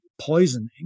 poisoning